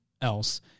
else